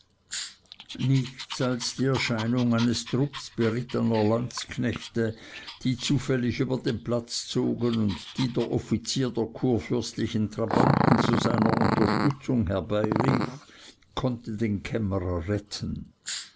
nichts als die erscheinung eines trupps berittener landsknechte die zufällig über den platz zogen und die der offizier der kurfürstlichen trabanten zu seiner unterstützung herbeirief konnte den kämmerer retten